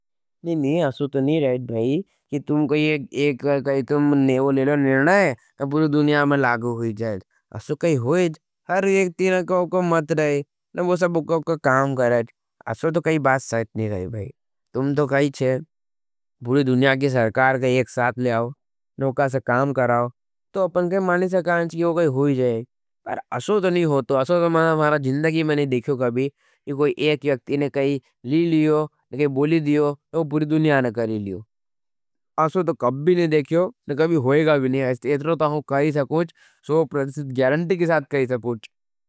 नहीं नहीं, असो तो नहीं रहा हज भाई कि तुम कोई एक, काई तुम नेवो लेलो निर्णा हज तो पूरी दुनिया में लागव होई जाएग़। असो काई होईज, हर व्यक्तिनें कौको मत रहे। न वो सब कौको काम करेज असो तो काई बात सर्थ नहीं रहा हज। भाई तुम तो काई चे, पूरी दुनिया के सर्कार काई एक साथ लियाओ। न उकास काम कराओ तो अपन काई माने से काँच कि वो काई होई जाए पर असो तो नहीं होतो। असो तो मारा जिन्दगी में नहीं देख्यो कभी कोई एक व्यक्तिनें काई ली लियो। न काई बोली दियो, न वो पूरी दुनिया न करी लियो असो तो कब भी नहीं देख्यो, न कभी होईगा भी नहीं हज। इस तरह तो हूँ काई सा कुछ, सो प्रदिशित ग्यारंटी कि साथ काई सा कुछ।